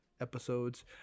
episodes